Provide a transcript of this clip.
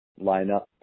lineup